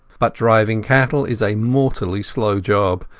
but driving cattle is a mortally slow job,